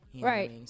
Right